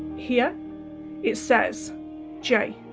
here it says j